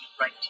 right